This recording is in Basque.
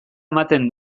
ematen